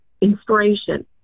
inspiration